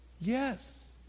Yes